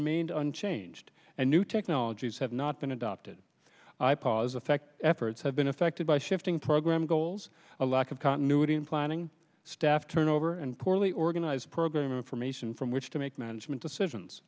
remained unchanged and new technologies have not been adopted i pause effect efforts have been affected by shifting program goals a lack of continuity in planning staff turnover and poorly organized program information from which to make management decisions